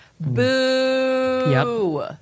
Boo